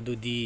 ꯑꯗꯨꯗꯤ